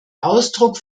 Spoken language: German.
ausdruck